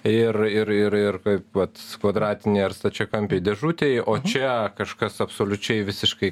ir ir ir ir vat kvadratinėj ar stačiakampėj dėžutėj o čia kažkas absoliučiai visiškai